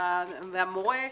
המורה,